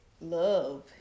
Love